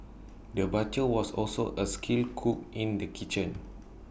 the butcher was also A skilled cook in the kitchen